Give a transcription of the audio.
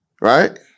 Right